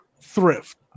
thrift